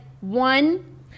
one